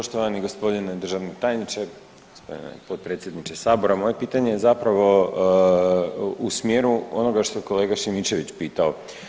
Poštovani gospodine državni tajniče, gospodine potpredsjedniče sabora, moje pitanje je zapravo u smjeru onoga što je kolega Šimičević pitao.